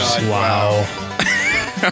Wow